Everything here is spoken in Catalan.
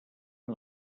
una